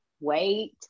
wait